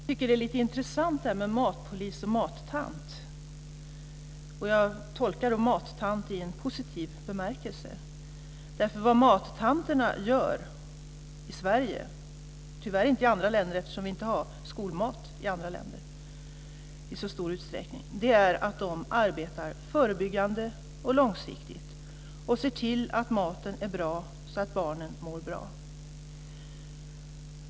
Fru talman! Jag tycker att det är lite intressant, det här med matpolis och mattant. Jag tolkar då mattant i en positiv bemärkelse. Vad mattanterna gör i Sverige - men tyvärr inte i andra länder eftersom man inte har skolmat i andra länder i så stor utsträckning - är nämligen att arbeta förebyggande och långsiktigt. De ser till att maten är bra så att barnen mår bra.